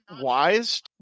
wise